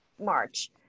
march